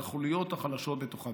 על החוליות החלשות בתוכה.